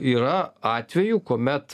yra atvejų kuomet